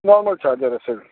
normal charger असेल